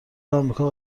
آمریکا